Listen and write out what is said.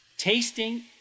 Tasting